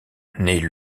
naît